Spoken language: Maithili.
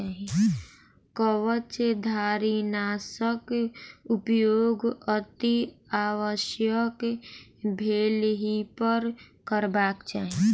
कवचधारीनाशक उपयोग अतिआवश्यक भेलहिपर करबाक चाहि